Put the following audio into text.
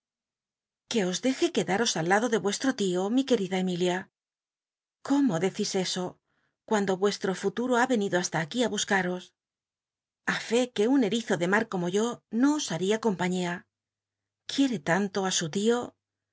que os deje quedaros aliado de vucstro lio mi quel'ida emilia cómo decís eso cuando vuestro futuro ha venido hasta aquí á buscaros a fé que un erizo e mar como yo no os haría compañía quicre tanto á su ti